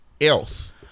else